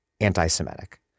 anti-Semitic